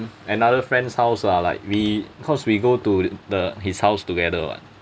another friend's house lah like we cause we go to the his house together [what]